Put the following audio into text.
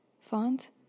font